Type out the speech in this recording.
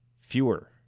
fewer